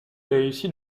réussit